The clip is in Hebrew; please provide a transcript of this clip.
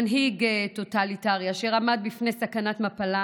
מנהיג טוטליטרי אשר עמד בפני סכנת מפלה